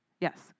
Yes